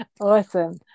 Awesome